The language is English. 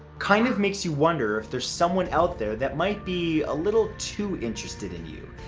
kind of makes you wonder if there's someone out there that might be a little too interested in you.